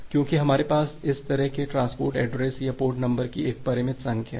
क्योंकि हमारे पास इस तरह के ट्रांसपोर्ट एड्रेस या पोर्ट नंबर की एक परिमित संख्या है